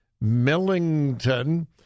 Millington